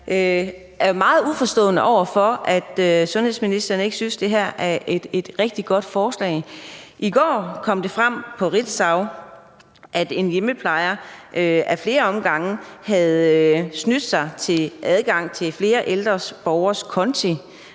jeg er meget uforstående over for, at sundhedsministeren ikke synes, at det her er et rigtig godt forslag. I går kom det frem på Ritzau, at en hjemmeplejer ad flere omgange havde snydt sig til adgang til flere ældre borgeres konti